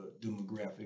demographic